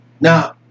Now